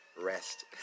rest